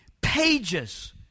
pages